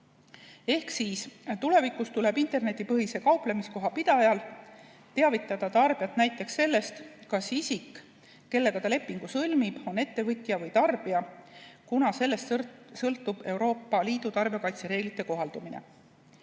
sõlmida. Tulevikus tuleb internetipõhise kauplemiskoha pidajal teavitada tarbijat näiteks sellest, kas isik, kellega ta lepingu sõlmib, on ettevõtja või tarbija, kuna sellest sõltub Euroopa Liidu tarbijakaitse reeglite kohaldumine.